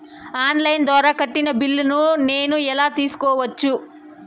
On line ద్వారా కట్టిన బిల్లును నేను ఎలా తెలుసుకోవచ్చు?